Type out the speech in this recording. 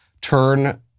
turn